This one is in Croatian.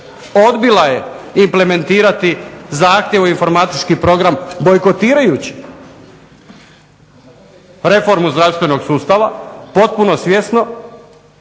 odbila je implementirati zahtjev u informatički program bojkotirajući reformu zdravstvenog sustava potpuno svjesno